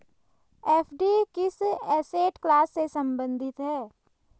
FD किस asset class से संबंधित है?